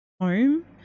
home